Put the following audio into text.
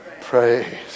Praise